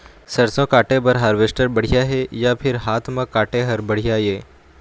सरसों काटे बर हारवेस्टर बढ़िया हे या फिर हाथ म काटे हर बढ़िया ये?